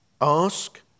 Ask